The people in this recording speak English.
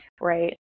right